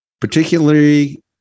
particularly